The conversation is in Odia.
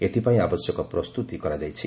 ଏଥିପାଇଁ ଆବଶ୍ୟକ ପ୍ରସ୍ତୁତି କରାଯାଇଛି